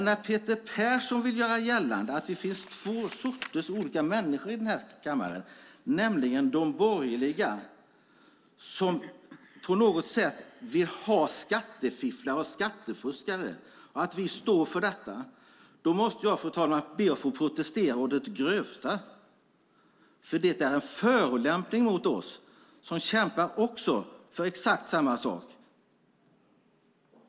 När Peter Persson vill göra gällande att det finns två sorters människor i den här kammaren, där de borgerliga på något sätt skulle vilja ha skattefifflare och skattefuskare och stå för det, då måste jag, fru talman, be att få protestera å det grövsta, för det är en förolämpning mot oss, som också kämpar för exakt samma sak.